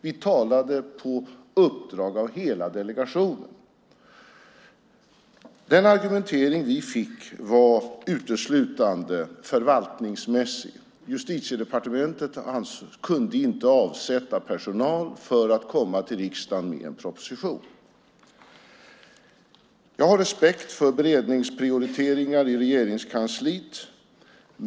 Vi talade på uppdrag av hela delegationen. Den argumentering som vi fick var uteslutande förvaltningsmässig. Justitiedepartementet kunde inte avsätta personal för att komma till riksdagen med en proposition. Jag har respekt för beredningsprioriteringar i Regeringskansliet.